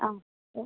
ആ ഓ